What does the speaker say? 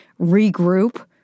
regroup